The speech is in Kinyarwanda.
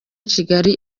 kigali